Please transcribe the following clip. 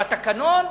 בתקנון?